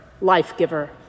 life-giver